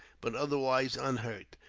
but otherwise unhurt,